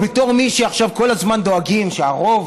בתור מי שעכשיו כל הזמן דואגים שהרוב,